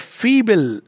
feeble